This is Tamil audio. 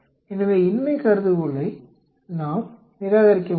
எனவே இன்மை கருதுகோளை நாம் நிராகரிக்க முடியும்